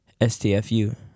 STFU